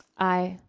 aye.